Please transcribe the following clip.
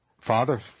Father